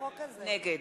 נגד